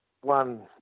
one